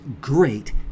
great